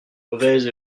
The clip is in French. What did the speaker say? mauvaise